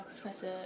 Professor